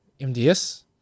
MDS